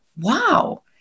wow